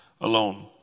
alone